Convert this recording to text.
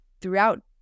throughout